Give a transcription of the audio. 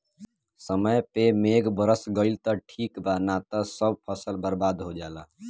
समय पे मेघ बरस गईल त ठीक बा ना त सब फसल बर्बाद हो जाला